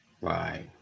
right